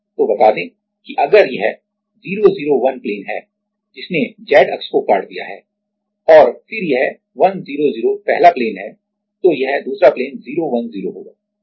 तो बता दें कि अगर यह 001 प्लेन है जिसने Z अक्ष को काट दिया है और फिर यह 100 पहला प्लेन है तो यह दूसरा प्लेन 010 होगा